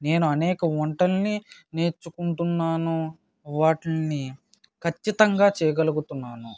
నేను అనేక వంటలని నేర్చుకుంటున్నాను వాటిని ఖచ్చితంగా చేయగలుగుతున్నాను